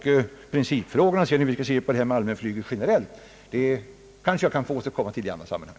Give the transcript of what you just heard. De generella principerna i fråga om allmänflyget kanske jag kan få återkomma till i annat sammanhang.